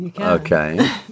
okay